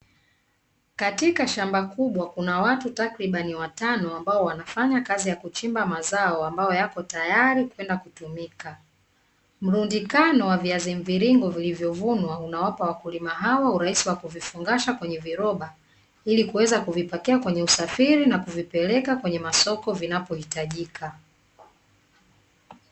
Katika shamba kubwa kuna watu takribani watano ambao wanafanya kazi ya kuchimba mazao ambayo yapo tayari kwenda kutumika. Mrundikano wa viazi mviringo vilivyovunwa unawapa wakulima hao urahisi wa kuvifungasha kwenye viroba ili kuweza kuvipakia kwenye usafiri na kuvipeleka kwenye masoko vinapohitajika.